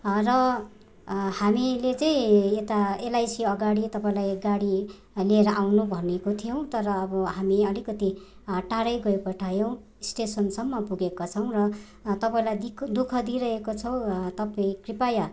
र हामीले चाहिँ यता एलआइसी अगाडि तपाईँलाई गाडी लिएर आउनु भनेको थियौँ तर अब हामी अलिकति टाढै गइपठायौँ स्टेसनसम्म पुगेका छौँ र तपाईँलाई दुःख दुःख दिइरहेका छौँ तपाईँ कृपया